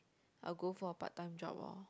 I'll go for a part time job orh